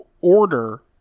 order